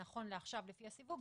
נכון לעכשיו לפי הסיכום,